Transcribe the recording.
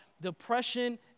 Depression